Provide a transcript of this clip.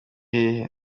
hehe